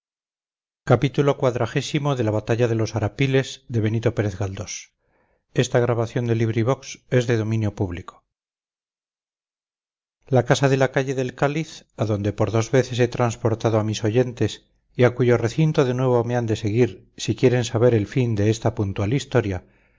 bien la casa de la calle del cáliz a donde por dos veces he transportado a mis oyentes y a cuyo recinto de nuevo me han de seguir si quieren saber el fin de esta puntual historia